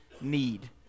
need